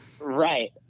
Right